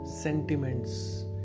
sentiments